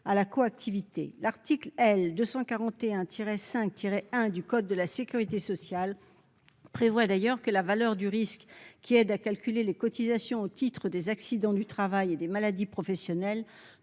à la coactivité. L'article L. 241-5-1 du code de la sécurité sociale prévoit d'ailleurs que la valeur du risque qui aide à calculer les cotisations dues au titre des accidents du travail et des maladies professionnelles